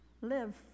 live